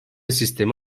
sistemi